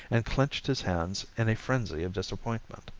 and clenched his hands in a frenzy of disappointment.